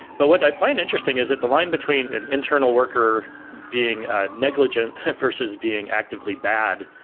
but what i find interesting is that the line between an internal worker being ah negligent versus being actively bad,